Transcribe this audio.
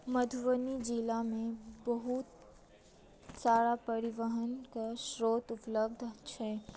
मधुबनी जिलामे बहुत सारा परिवहनके श्रोत उपलब्ध छै